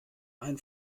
ein